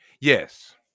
Yes